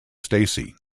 stacey